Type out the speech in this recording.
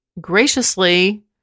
graciously